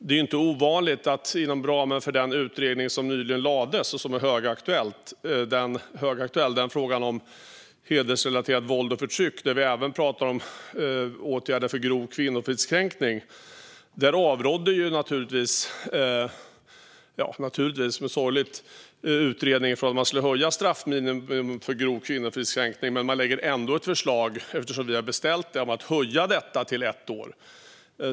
Det lades nyligen fram en högaktuell utredning om hedersrelaterat våld och förtryck och även åtgärder mot grov kvinnofridskränkning. Utredningen avrådde, sorgligt nog, från att höja straffminimum för grov kvinnofridskränkning. Men man föreslår ändå, eftersom vi har beställt det, att man ska höja detta till ett år.